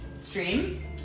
stream